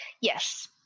yes